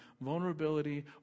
vulnerability